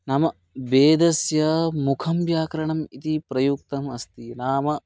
नाम वेदस्य मुखं व्याकरणम् इति प्रयुक्तम् अस्ति नाम